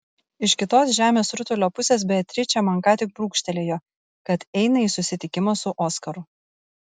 iš kitos žemės rutulio pusės beatričė man ką tik brūkštelėjo kad eina į susitikimą su oskaru